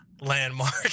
landmark